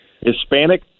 Hispanic